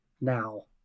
now